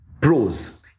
Pros